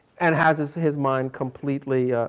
and has his his mind completely,